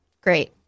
great